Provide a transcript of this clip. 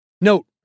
Note